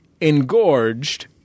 engorged